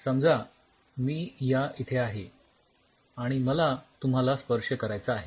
समजा मी या इथे आहे आणि मला तुम्हाला स्पर्श करायचा आहे